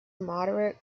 moderate